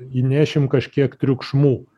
įnešim kažkiek triukšmų